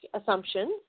assumptions